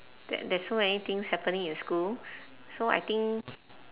th~ there's so many things happening in school so I think